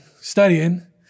studying